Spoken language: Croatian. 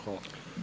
Hvala.